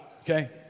Okay